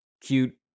cute